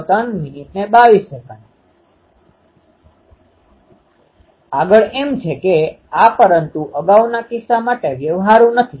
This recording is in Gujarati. અને r1 r r2 ખરેખર કંપનવિસ્તારના ભાગમાં છે આપણે કહી શકીએ કે r1 r r2 સમાન છે પરંતુ ફેઝના ભાગમાં આપણે કરી શકતા નથી